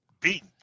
Beat